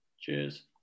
Cheers